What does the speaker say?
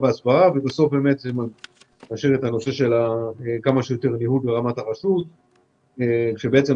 בסוף יש את נושא ניהול ברמת הרשות, כמה שיותר.